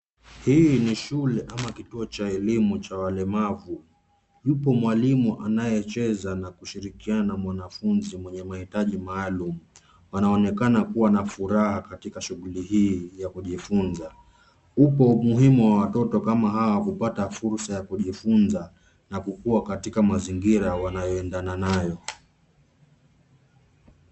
Hii ni shule ama kituo cha elimu cha walemavu. Yupo mwalimu anayecheza na kushirikiana na mwanafunzi mwenye mahitaji maalum. Wanaonekana kuwa na furaha katika shuguli hii ya kujifunza. Upo umuhimu wa watoto kama hawa kupata fursa ya kujifunza na kukuwa katika mazingira wanayoendana nayo.